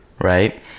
right